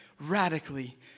radically